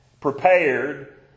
prepared